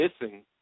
missing